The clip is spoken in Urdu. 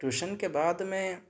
ٹیوشن کے بعد میں